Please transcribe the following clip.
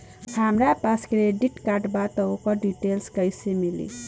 हमरा पास credit card बा त ओकर डिटेल्स कइसे मिली?